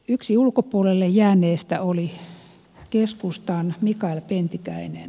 yksi ulkopuolelle jääneistä oli keskustan mikael pentikäinen